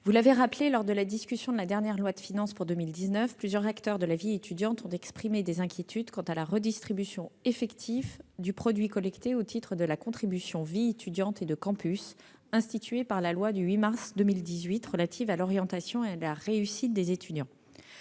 vous l'avez rappelé, lors de la discussion de la loi de finances pour 2019, plusieurs acteurs de la vie étudiante ont exprimé des inquiétudes quant à la redistribution effective du produit collecté au titre de la contribution « vie étudiante et de campus » instituée par la loi du 8 mars 2018 relative à l'orientation et à la réussite des étudiants.